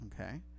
Okay